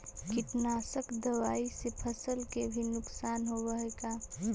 कीटनाशक दबाइ से फसल के भी नुकसान होब हई का?